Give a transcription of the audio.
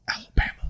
Alabama